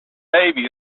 baby